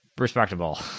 respectable